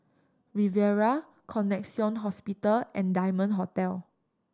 Riviera Connexion Hospital and Diamond Hotel